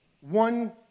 One